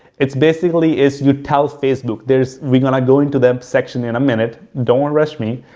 it's basically is you tell facebook there's, we're going to go into them section in a minute. don't rush me.